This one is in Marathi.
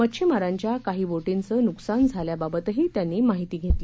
मच्छिमारांच्या काही बोटींचे नुकसान झाल्याबाबतही त्यांनी माहिती घेतली